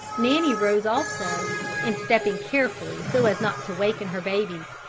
nanny rose also and stepping carefully so as not to waken her babies,